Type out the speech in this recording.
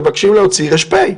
מבקשים להוציא ר"פ.